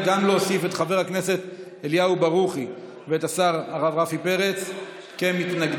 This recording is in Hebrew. להוסיף גם את חבר הכנסת אליהו ברוכי ואת השר הרב רפי פרץ כמתנגדים.